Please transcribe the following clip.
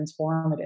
transformative